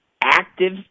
active